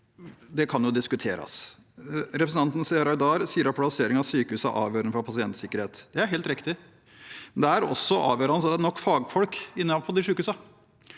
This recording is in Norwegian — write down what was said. det kan jo diskuteres. Representanten Seher Aydar sier at plassering av sykehusene er avgjørende for pasientsikkerhet. Det er helt riktig, men det er også avgjørende å ha nok fagfolk inne på de sykehusene.